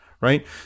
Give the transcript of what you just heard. right